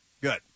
Good